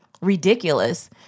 ridiculous